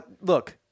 Look